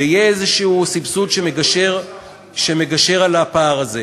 ויהיה איזשהו סבסוד שמגשר על הפער הזה.